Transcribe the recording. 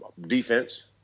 Defense